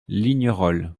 lignerolles